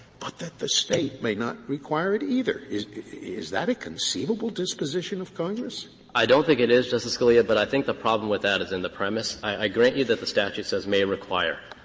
but that the state may not require it either? is is that a conceivable disposition of congress? srinivasan i don't think it is, justice scalia, but i think the problem with that is in the premise. i grant you that the statute says may require,